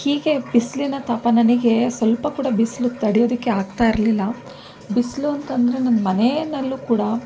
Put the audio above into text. ಹೀಗೆ ಬಿಸಿಲಿನನ ತಾಪ ನನಗೆ ಸ್ವಲ್ಪ ಕೂಡ ಬಿಸಿಲು ತಡೆಯೋದಕ್ಕೆ ಆಗ್ತಾಯಿರ್ಲಿಲ್ಲ ಬಿಸಿಲು ಅಂತ ಅಂದ್ರೆ ನಾನು ಮನೆಯಲ್ಲೂ ಕೂಡ